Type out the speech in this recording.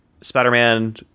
spider-man